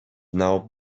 now